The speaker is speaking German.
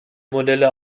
modelle